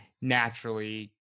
naturally